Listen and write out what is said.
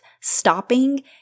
stopping